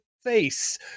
face